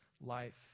life